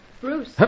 Bruce